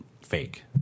fake